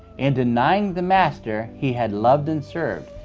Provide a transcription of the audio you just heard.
and denying the master he had loved and served,